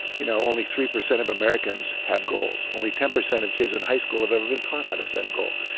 you know only three percent of americans have goals. only ten percent of kids in high school have ever been taught how to set a goal.